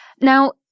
Now